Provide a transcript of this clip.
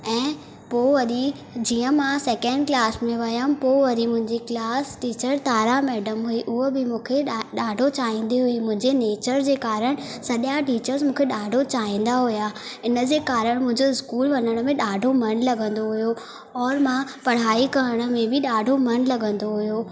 ऐं पोइ वरी जीअं मां सैकेड क्लास में वयमि पोइ वरी मुंहिंजी क्लास टीचर तारा मैडम हुई हूअ बि मूंखे ॾा ॾाढो चाहिंदी हुई मुहिंजे नेचर जे कारण सॼा टीचर्स मूंखे ॾाढो चाहिंदा हुया इनजे कारण मुंहिंजो स्कूल वञण में ॾाढो मन लॻंदो हुयो और मां पढ़ाई करण में बि ॾाढो मन लॻंदो हुयो